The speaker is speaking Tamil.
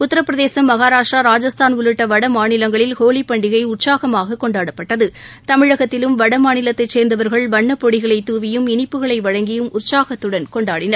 உத்தரப்பிரதேசம் மஹாராஷ்ட்ரா ராஜஸ்தான் உள்ளிட்ட வட மாநிலங்களில் ஹோலிப் பண்டிகை உற்சாகமாக கொண்டாடப்பட்டது தமிழகத்திலும் வட மாநிலத்தைச் சேர்ந்தவர்கள் வண்ணப் பொடிகளை தூவியும் இனிப்புகளை வழங்கியும் உற்சாகத்துடன் கொண்டாடினர்